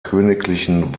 königlichen